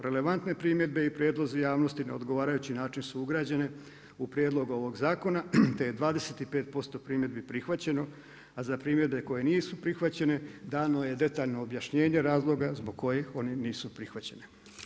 Relevantne primjedbe i prijedlozi javnosti na odgovarajući način su ugrađene u prijedlog ovog zakona te je 25% primjedbi prihvaćeno, a za primjedbe koje nisu prihvaćene dano je detaljno objašnjenje razloga zbog kojih oni nisu prihvaćeni.